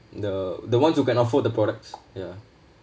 the the ones who can afford the products